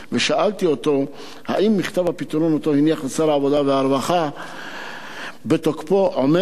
ושאלתי אותו אם מכתב ההתפטרות שהניח אצל שר העבודה והרווחה בתוקפו עומד,